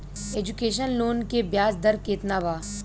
Education loan के ब्याज दर केतना बा?